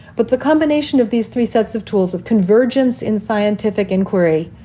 but the combination of these three sets of tools of convergence in scientific inquiry,